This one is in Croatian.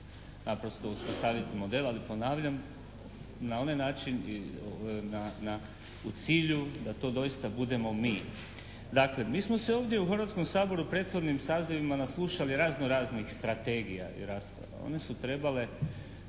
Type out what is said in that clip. naprosto uspostaviti model ali ponavljam na onaj način i u cilju da to doista budemo mi. Dakle, mi smo se ovdje u Hrvatskom saboru prethodnim sazivima naslušali razno-raznih strategija i rasprava.